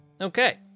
Okay